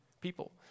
people